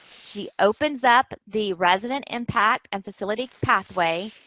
she opens up the resident impact and facility pathway.